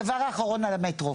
הדבר האחרון על המטרו